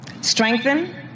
strengthen